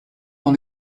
dans